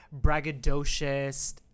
braggadocious